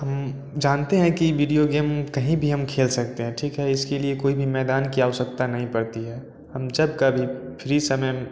हम जानते हैं कि वीडियो गेम कहीं भी खेल सकते हैं ठीक है इसके लिए कोई भी मैदान की आवश्यकता नहीं पड़ती है हम जब कभी फ्री समय